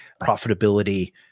profitability